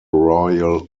royal